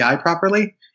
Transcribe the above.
properly